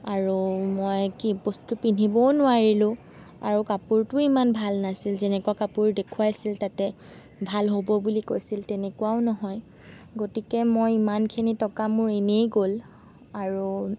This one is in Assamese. আৰু মই কি বস্তু পিন্ধিবও নোৱাৰিলোঁ আৰু কাপোৰটোও ইমান ভাল নাছিল যেনেকুৱা কাপোৰ দেখুৱাইছিল তাতে ভাল হ'ব বুলি কৈছিল তেনেকুৱাও নহয় গতিকে মই ইমানখিনি টকা মোৰ এনেই গ'ল আৰু